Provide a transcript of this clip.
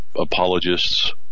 apologists